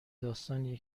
داستانیه